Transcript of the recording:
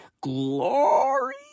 Glory